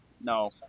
No